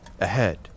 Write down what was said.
Ahead